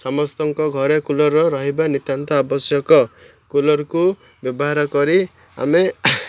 ସମସ୍ତଙ୍କ ଘରେ କୁଲର୍ ରହିବା ନିତ୍ୟାନ୍ତ ଆବଶ୍ୟକ କୁଲର୍କୁ ବ୍ୟବହାର କରି ଆମେ